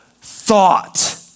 thought